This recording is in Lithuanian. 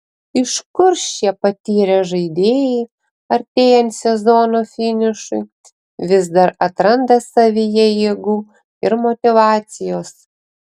iš kur šie patyrę žaidėjai artėjant sezono finišui vis dar atranda savyje jėgų ir motyvacijos